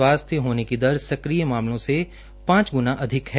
स्वस्थ होने की दर सक्रिय मामले से पांच ग्णा अधिक है